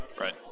Right